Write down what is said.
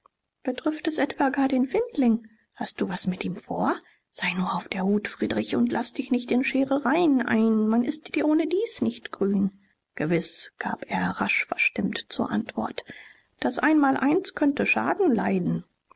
betrifft es etwa gar den findling hast du was mit ihm vor sei nur auf der hut friedrich und laß dich nicht in scherereien ein man ist dir ohnedies nicht grün gewiß gab er rasch verstimmt zur antwort das einmaleins könnte schaden leiden